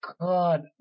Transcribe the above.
God